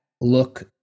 look